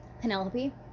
penelope